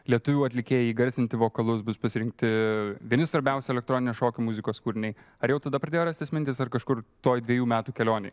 lietuvių atlikėjai įgarsinti vokalus bus pasirinkti vieni svarbiausių elektroninės šokių muzikos kūriniai ar jau tada pradėjo rastis mintys ar kažkur toj dvejų metų kelionėj